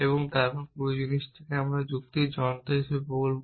এবং এই পুরো জিনিসটিকে আমরা যুক্তির যন্ত্র হিসাবে বলব